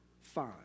fine